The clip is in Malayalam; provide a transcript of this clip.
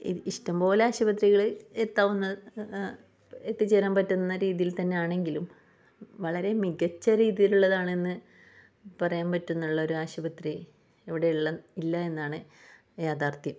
ഇഷ്ടംപോലെ ആശുപത്രികൾ എത്താവുന്ന എത്തിച്ചേരാൻ പറ്റുന്ന രീതിയിൽ തന്നെ ആണെങ്കിലും വളരെ മികച്ച രീതിയിലുള്ളത് ആണെന്ന് പറയാൻ പറ്റുന്ന ഉള്ള ഒരു ആശുപത്രി ഇവിടെയില്ല എന്നതാണ് യാഥാർത്ഥ്യം